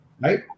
right